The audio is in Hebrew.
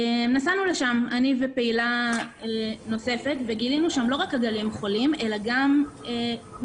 אני ופעילה נוספת נסענו לשם וגילינו שם לא רק עגלים חולים אלא גם מכלאה.